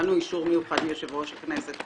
קיבלנו אישור מיוחד מיושב ראש הכנסת.